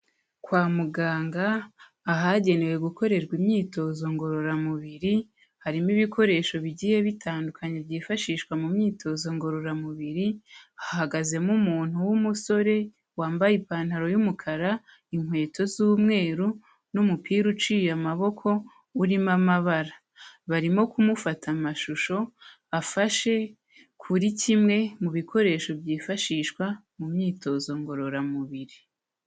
Kwa muganga ahagenewe gukorerwa imyitozo ngororamubiri, harimo ibikoresho bigiye bitandukanye byifashishwa mu myitozo ngororamubiri, hahagazemo umuntu w'umusore wambaye ipantaro y'umukara, inkweto z'umweru, n'umupira uciye amaboko urimo amabara, barimo kumufata amashusho afashe kuri kimwe mu bikoresho byifashishwa mu myitozo ngororamubiri.